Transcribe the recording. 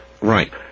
Right